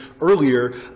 earlier